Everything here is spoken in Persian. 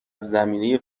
زمینه